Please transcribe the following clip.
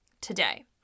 today